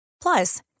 Plus